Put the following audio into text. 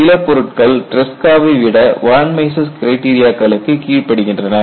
சில பொருட்கள் ட்ரெஸ்காவை விட வான் மைசஸ் க்ரைட்டிரியாக்களுக்குக் கீழ்ப்படிகின்றன